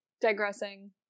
digressing